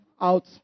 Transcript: out